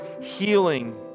healing